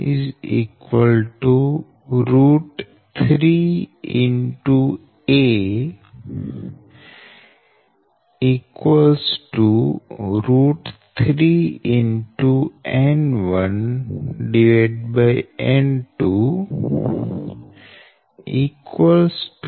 VHPVXP 3 a 3